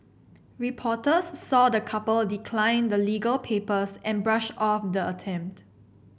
reporters saw the couple decline the legal papers and brush off the attempt